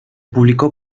publicó